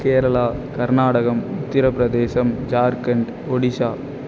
Kerala Karnataka Uttar Pradesh Jharkhand Odisha